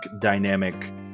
dynamic